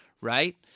right